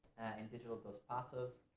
an digital dos passos,